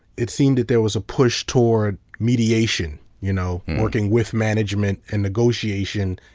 it seemed that there was a push toward mediation, you know, working with management and negotiation,